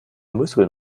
muskeln